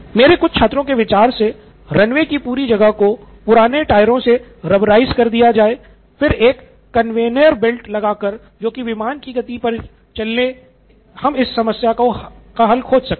मेरे कुछ छात्रों के विचार से रनवे की पूरी जगह को पुराने टायरों से रबराइज कर दिया जाए फिर एक कन्वेयर बेल्ट लगाकर जो कि विमान की ही गति पर चले हम इस समस्या का हल खोज सकते हैं